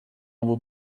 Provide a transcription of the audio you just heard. will